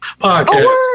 podcast